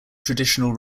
traditional